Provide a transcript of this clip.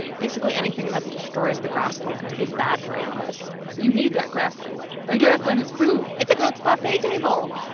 basically anything that destroys the grassland is bad for animals you need that grassland. but you do. that grassland is food it's a goat's buffet table.